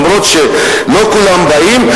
למרות שלא כולם באים,